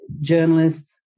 journalists